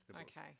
Okay